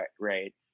right